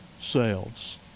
selves